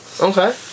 Okay